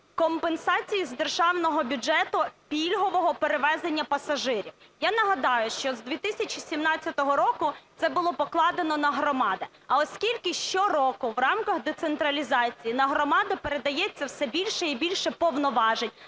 компенсації з державного бюджету пільгового перевезення пасажирів. Я нагадаю, що з 2017 року це було покладено на громади. А оскільки щороку в рамках децентралізації на громади передається все більше і більше повноважень,